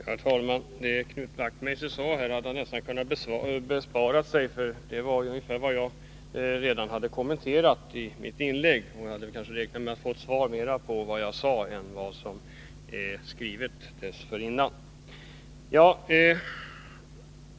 Herr talman! Det Knut Wachtmeister sade hade han nästan kunnat bespara sig, för det var ungefär vad jag redan hade kommenterat. Jag hade nog räknat med att få svar på vad jag sade och inte någonting som var skrivet dessförinnan.